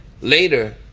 later